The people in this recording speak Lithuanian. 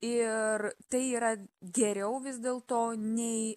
ir tai yra geriau vis dėlto nei